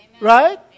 Right